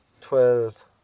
Twelve